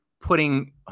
putting